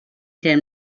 ترم